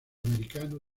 americano